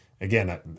again